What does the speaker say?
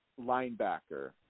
linebacker